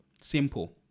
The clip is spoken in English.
simple